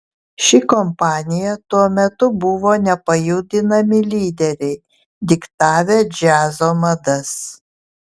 ši kompanija tuo metu buvo nepajudinami lyderiai diktavę džiazo madas